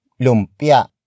Lumpia